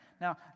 Now